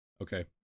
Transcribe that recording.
okay